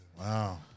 Wow